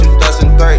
2003